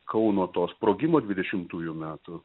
kauno to sprogimo dvidešimtųjų metų